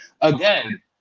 again